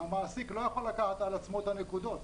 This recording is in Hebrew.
המעסיק לא יכול לקחת על עצמו את הנקודות.